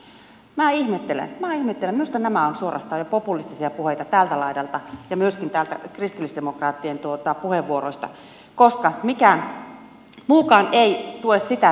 minä ihmettelen minä ihmettelen minusta nämä ovat suorastaan jo populistisia puheita tältä laidalta ja myöskin täällä kristillisdemokraat tien puheenvuoroissa koska mikään muukaan ei tue sitä että meillä ei olisi ollut vaihtoehtoa